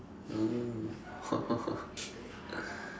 ah !wah!